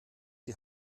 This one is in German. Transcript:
die